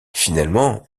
finalement